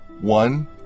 One